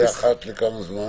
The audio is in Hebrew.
זה אחת לכמה זמן?